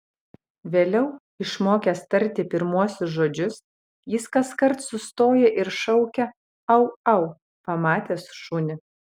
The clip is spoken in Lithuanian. vėliau išmokęs tarti pirmuosius žodžius jis kaskart sustoja ir šaukia au au pamatęs šunį